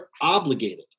obligated